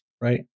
right